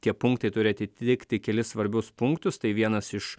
tie punktai turi atitikti kelis svarbius punktus tai vienas iš